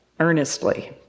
earnestly